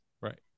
right